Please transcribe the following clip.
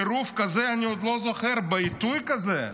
טירוף כזה אני עוד לא זוכר בעיתוי כזה,